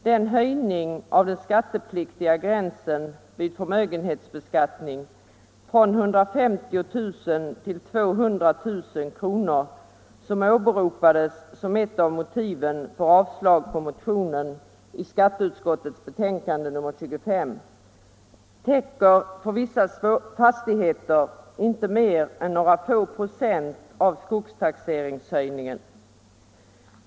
Den höjning av den skattepliktiga gränsen vid förmögenhetsbeskattning från 150 000 till 200 000 kr., som i skatteutskottets betänkande nr 25 åberopats som ett av motiven för avslag på motionen, täcker för vissa fastigheter inte mer än några få procent av skogstaxeringshöjningen.